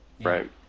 right